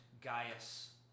Gaius